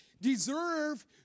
deserve